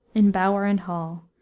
in bower and hall,